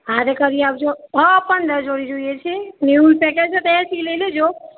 હા તે કરી આપજો હં પંદર જોડી જોઈએ છે લઈ લેજો